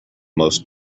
most